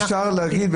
נראה איך עושים את זה.